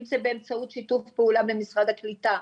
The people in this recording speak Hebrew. אם זה באמצעות שיתוף פעולה עם משרד הקליטה,